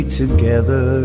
together